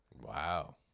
Wow